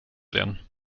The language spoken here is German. werden